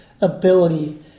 ability